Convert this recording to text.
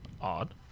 Odd